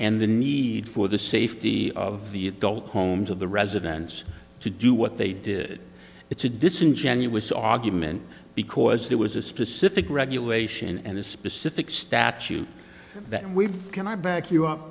and the need for the safety of the adult homes of the residents to do what they did it's a disingenuous argument because there was a specific regulation and a specific statute that we've can i back you up